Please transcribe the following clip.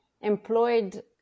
employed